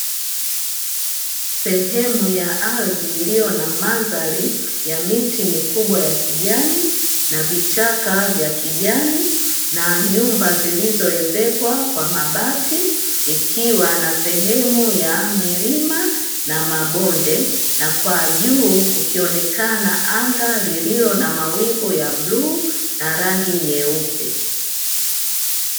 Sehemu ya ardhi iliyo na mandhari ya miti mikubwa ya kijani na vichaka vya kijani na nyumba zilizoezekwa kwa mabati, ikiwa na sehemu ya milima na mabonde, na kwa juu kukionekana anga lililo na mawingu ya bluu na rangi nyeupe.